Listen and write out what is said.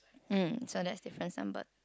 mm so that's difference number